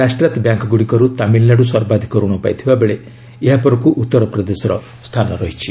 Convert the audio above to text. ରାଷ୍ଟ୍ରାୟତ୍ତ ବ୍ୟାଙ୍ଗୁଡ଼ିକରୁ ତାମିଲ୍ନାଡୁ ସର୍ବାଧିକ ଋଣ ପାଇଥିବାବେଳେ ଏହାପରକୁ ଉତ୍ତର ପ୍ରଦେଶର ସ୍ଥାନ ରହିଛି